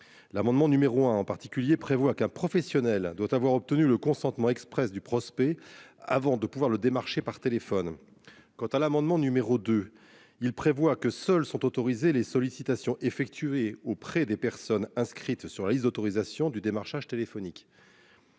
L'amendement numéro un en particulier prévoit qu'un professionnel doit avoir obtenu le consentement Express du prospect avant de pouvoir le démarché par téléphone. Quant à l'amendement numéro 2. Il prévoit que seuls sont autorisés les sollicitations effectuées auprès des personnes inscrites sur la liste d'autorisation du démarchage téléphonique.